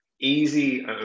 easy